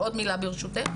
עוד מילה ברשותך,